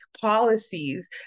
policies